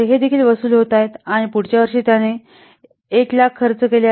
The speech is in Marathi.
हे देखील वसूल होत आहेत आणि पुढच्या वर्षी त्याने १००००० खर्च केले आहेत